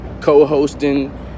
co-hosting